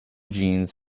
jeans